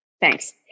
Thanks